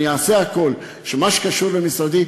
אני אעשה הכול שמה שקשור למשרדי,